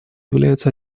является